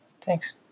thanks